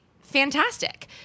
fantastic